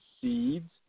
seeds